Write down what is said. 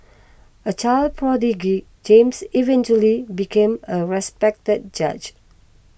a child prodigy James eventually became a respected judge